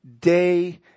day